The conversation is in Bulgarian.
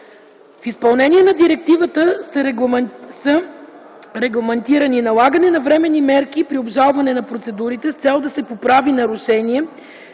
В изпълнение на Директивата са регламентирани: налагане на временни мерки при обжалване на процедурите с цел да се поправи нарушение